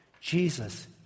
Jesus